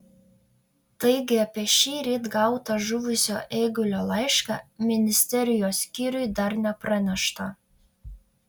taigi apie šįryt gautą žuvusio eigulio laišką ministerijos skyriui dar nepranešta